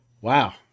Wow